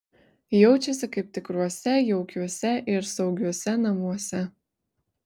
jaučiasi kaip tikruose jaukiuose ir saugiuose namuose